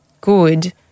good